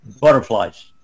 butterflies